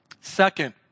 Second